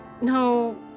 no